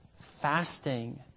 fasting